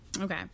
okay